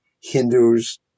Hindus